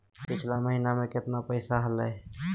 पिछला महीना मे कतना पैसवा हलय?